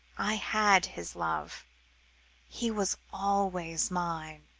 i had his love he was always mine.